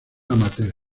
amateur